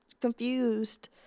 confused